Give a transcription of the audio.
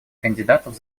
кандидатов